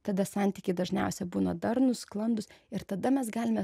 tada santykiai dažniausia būna darnūs sklandūs ir tada mes galime